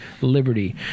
Liberty